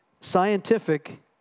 scientific